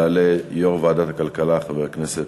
יעלה יושב-ראש ועדת הכלכלה, חבר הכנסת